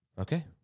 Okay